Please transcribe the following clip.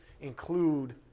include